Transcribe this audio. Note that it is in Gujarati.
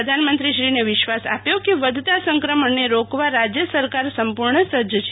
પ્રધાનમંત્રી વિશ્વાસ આપ્યો છે કે વધતા સંક્રમણ ને રોકવા રાજ્ય સરકાર સંપૂર્ણ સજ્જ છે